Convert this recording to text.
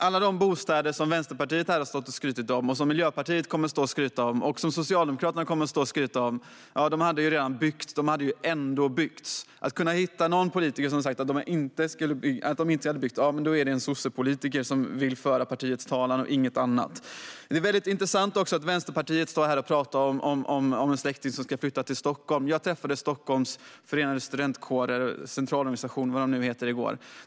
Alla de bostäder som Vänsterpartiet har stått här och skrutit om och som Miljöpartiet och Socialdemokraterna kommer att stå och skryta om hade byggts ändå. Hittar man någon politiker som säger att de inte hade byggts är det en sossepolitiker som vill föra partiets talan och inget annat. Det är väldigt intressant att Vänsterpartiet står här och pratar om en släkting som ska flytta till Stockholm. Jag träffade Stockholms studentkårers centralorganisation i går.